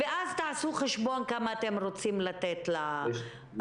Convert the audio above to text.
ואז תעשו חשבון כמה אתם רוצים לתת לרשויות.